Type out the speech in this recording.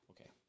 Okay